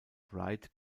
wright